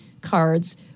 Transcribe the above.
cards